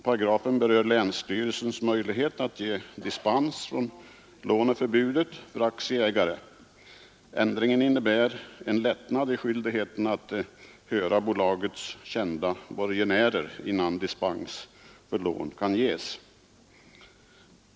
Paragrafen berör länsstyrelses möjlighet att ge dispens från låneförbudet för aktieägare. Ändringen innebär en lättnad i skyldigheten att höra bolagets kända borgenärer innan dispens för lån kan ges.